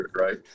Right